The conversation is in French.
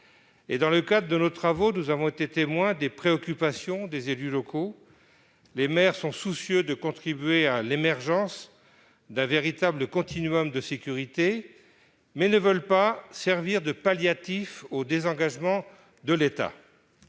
Dans le cadre de nos travaux, nous avons été témoins des préoccupations des élus locaux. Les maires sont soucieux de contribuer à l'émergence d'un véritable continuum de sécurité, mais ne veulent pas servir de palliatif au désengagement de l'État.